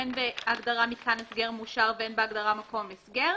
הן בהגדרה "מתקן הסגר מאושר" והן בהגדרה "מקום הסגר".